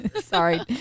sorry